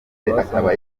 akaba